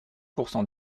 pourcent